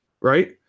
Right